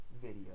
video